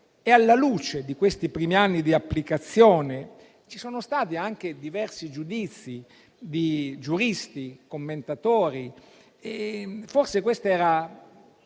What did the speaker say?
e alla luce di questi primi anni di applicazione, ci sono stati anche diversi giudizi di giuristi e commentatori, che ponevano